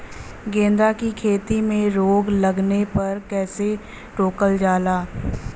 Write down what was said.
गेंदा की खेती में रोग लगने पर कैसे रोकल जाला?